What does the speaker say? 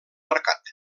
marcat